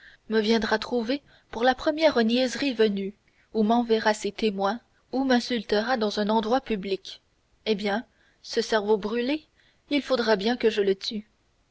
me viendra trouver pour la première niaiserie venue ou m'enverra ses témoins ou m'insultera dans un endroit public eh bien ce cerveau brûlé il faudra bien que je le tue